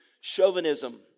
chauvinism